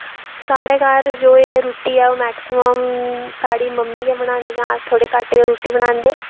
साढ़े घर जो एह् रुट्टी ऐ ओह् मेक्सीमम साढ़ी मम्मी गै बनांदियां अस थोह्ड़े घट्ट गै बनांदे